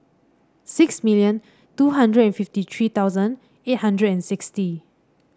six million two hundred and fifty three thousand eight hundred and sixty